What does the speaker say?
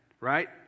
right